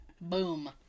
Boom